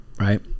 right